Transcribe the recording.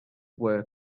were